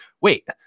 wait